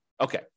Okay